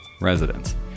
residents